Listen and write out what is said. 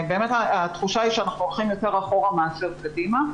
התחושה היא שאנחנו הולכים יותר אחורה מאשר קדימה.